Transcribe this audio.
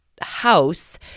house